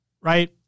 right